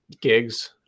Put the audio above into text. gigs